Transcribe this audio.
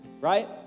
right